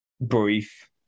brief